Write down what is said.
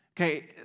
Okay